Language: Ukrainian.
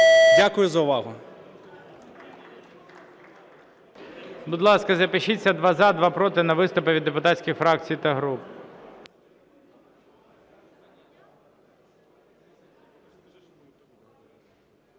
Дякую за увагу.